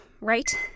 right